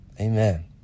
Amen